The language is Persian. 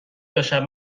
تاشب